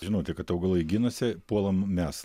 žinoti kad augalai ginasi puolam mes